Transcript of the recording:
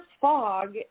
fog